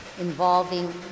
involving